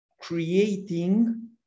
creating